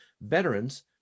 veterans